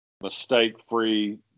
mistake-free